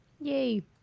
yay